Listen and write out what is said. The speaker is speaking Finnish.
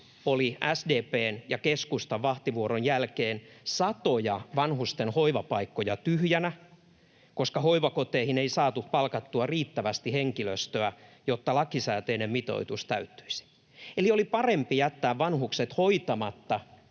oli SDP:n ja keskustan vahtivuoron jälkeen satoja vanhusten hoivapaikkoja tyhjänä, koska hoivakoteihin ei saatu palkattua riittävästi henkilöstöä, jotta lakisääteinen mitoitus täyttyisi. Eli oli parempi jättää vanhukset hoitamatta